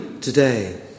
today